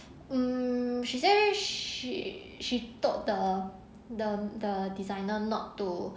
um she say she she told the the the designer not to